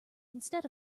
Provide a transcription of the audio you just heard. instead